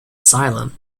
asylum